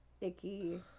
icky